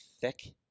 thick